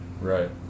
Right